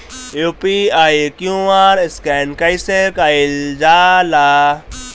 UPI QR scan कइसे कईल जा ला?